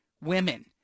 women